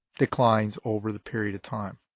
declines over the period of time.